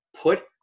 put